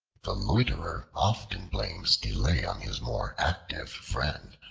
the loiterer often blames delay on his more active friend.